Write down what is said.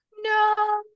no